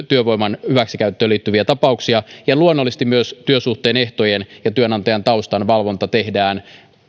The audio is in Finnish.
työvoiman hyväksikäyttöön liittyviä tapauksia ja luonnollisesti työsuhteen ehtojen ja työnantajan taustan valvonta tehdään